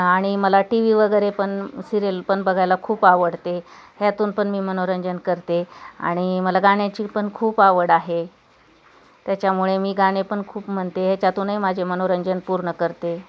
आणि मला TV वगैरे पण सिरियल पण बघायला खूप आवडते ह्यातून पण मी मनोरंजन करते आणि मला गाण्याची पण खूप आवड आहे त्याच्यामुळे मी गाणे पण खूप म्हणते ह्याच्यातूनही माझे मनोरंजन पूर्ण करते